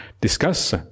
discuss